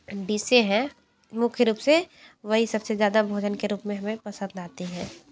डिसें हैं मुख्य रूप से वही सबसे ज़्यादा भोजन के रूप में हमें पसंद आती हैं